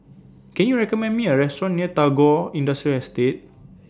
Can YOU recommend Me A Restaurant near Tagore Industrial Estate